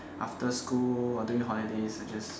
after school or during holidays I just